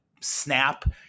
snap